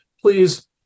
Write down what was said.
Please